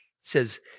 says